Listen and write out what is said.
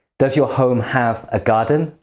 does your home have a garden,